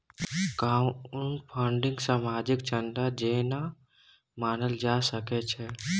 crowdfunding सामाजिक चन्दा जेना मानल जा सकै छै